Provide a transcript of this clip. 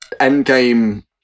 Endgame